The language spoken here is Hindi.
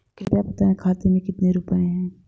कृपया बताएं खाते में कितने रुपए हैं?